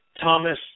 Thomas